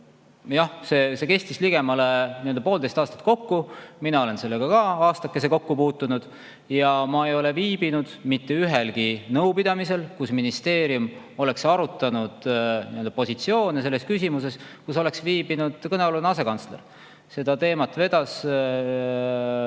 see kestis ligemale poolteist aastat kokku. Mina olen sellega ka aastakese kokku puutunud ja ma ei ole viibinud mitte ühelgi nõupidamisel, kus ministeerium oleks arutanud positsioone selles küsimuses ja kus oleks viibinud ka kõnealune asekantsler. Seda teemat vedas